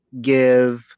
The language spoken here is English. give